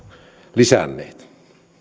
lisänneet